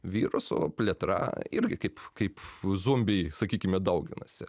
virusų plėtra ir kaip kaip zombiai sakykime dauginasi